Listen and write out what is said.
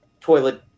toilet